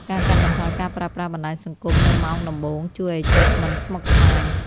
ការកាត់បន្ថយការប្រើប្រាស់បណ្តាញសង្គមនៅម៉ោងដំបូង ជួយឱ្យចិត្តមិនស្មុគស្មាញ។